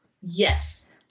Yes